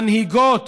מנהיגות,